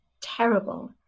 terrible